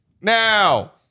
Now